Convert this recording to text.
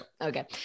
Okay